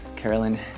Carolyn